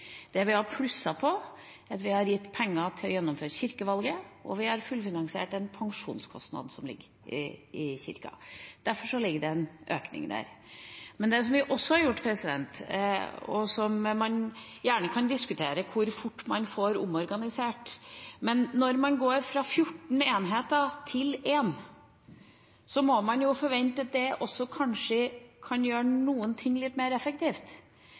Vi har plusset på ved å gi penger til å gjennomføre kirkevalget, og vi har fullfinansiert en pensjonskostnad i Kirken. Derfor ligger det en økning der. Så kan man gjerne diskutere hvor fort man får omorganisert, men når man går fra 14 enheter til én, må man jo forvente at det kan gjøre en del ting litt mer effektivt.